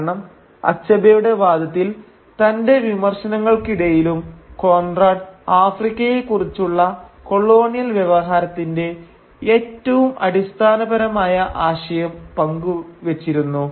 കാരണം അച്ഛബെയുടെ വാദത്തിൽ തന്റെ വിമർശനങ്ങൾക്കിടയിലും കോൺറാട് ആഫ്രിക്കയെ കുറിച്ചുള്ള കൊളോണിയൽ വ്യവഹാരത്തിന്റെ ഏറ്റവും അടിസ്ഥാനപരമായ ആശയം പങ്കുവെച്ചിരുന്നു